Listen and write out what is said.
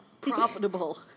profitable